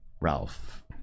Ralph